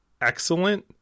excellent